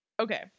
okay